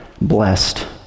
blessed